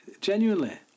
Genuinely